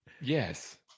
Yes